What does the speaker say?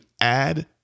add